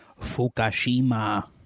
Fukushima